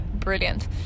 brilliant